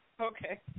Okay